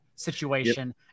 situation